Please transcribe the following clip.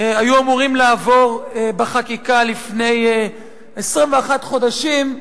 היו אמורים לעבור בחקיקה לפני 21 חודשים,